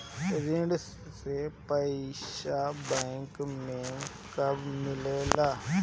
ऋण के पइसा बैंक मे कब मिले ला?